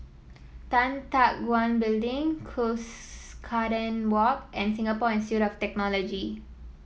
Tan Teck Guan Building Cuscaden Walk and Singapore Institute of Technology